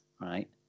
Right